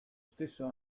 stesso